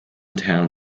town